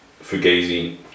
Fugazi